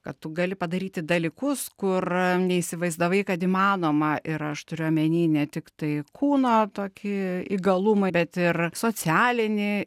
kad tu gali padaryti dalykus kur neįsivaizdavai kad įmanoma ir aš turiu omeny ne tik tai kūno tokį įgalumą bet ir socialinį